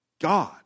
God